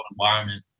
environment